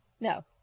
No